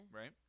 Right